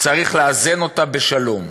צריך לאזן אותה בשלום,